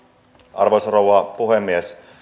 arvoisa rouva puhemies